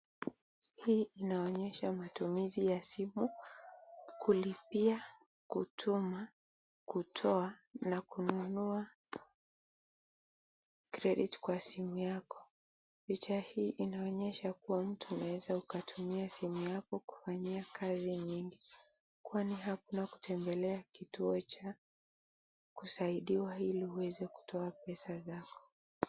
Hii inaonyesha matumizi ya simu, kulipia, kutuma kutoa na kununua credit kwa simu yako. Picha hii inaonyesha kuwa mtu unaweza kutumia simu yako kufanyia kazi nyingi, kwani hakuna kutembelea kituo cha kusaidiwa ili uweze kutoa pesa zako.